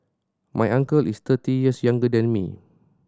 my uncle is thirty years younger than me